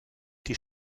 die